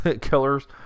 killers